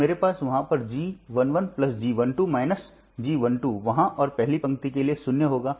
तो मेरे पास वहाँ पर G11G12 G12 वहाँ और पहली पंक्ति के लिए 0 होगा